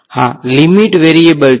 વિદ્યાર્થી limit variable છે